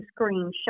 screenshot